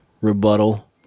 rebuttal